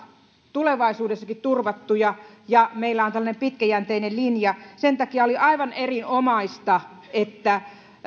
tulevaisuudessakin turvattuja ja meillä on tällainen pitkäjänteinen linja sen takia oli aivan erinomaista että